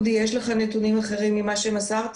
הנושא